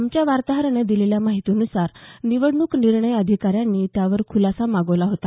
आमच्या वार्ताहरानं दिलेल्या माहितीनुसार निवडणूक निर्णय अधिकाऱ्यांनी त्यावर खूलासा मागवला होता